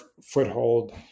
foothold